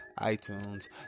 iTunes